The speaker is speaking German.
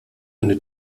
eine